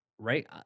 right